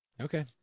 Okay